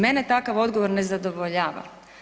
Mene takav odgovor ne zadovoljava.